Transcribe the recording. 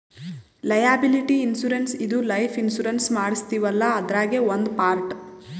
liability insurance ಇದು life insurance ಮಾಡಸ್ತೀವಲ್ಲ ಅದ್ರಾಗೇ ಒಂದ್ ಪಾರ್ಟ್